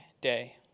day